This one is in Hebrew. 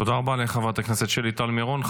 תודה רבה לחברת הכנסת שלי טל מירון.